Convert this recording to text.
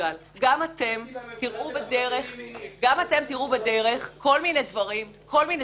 אגודל ----- גם אתם תראו בדרך כל מיני דברים שכרגע